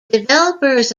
developers